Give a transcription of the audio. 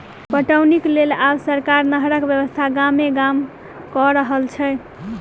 पटौनीक लेल आब सरकार नहरक व्यवस्था गामे गाम क रहल छै